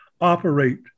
operate